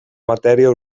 matèria